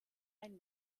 ein